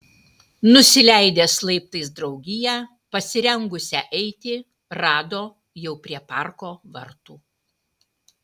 nusileidęs laiptais draugiją pasirengusią eiti rado jau prie parko vartų